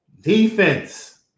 Defense